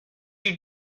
you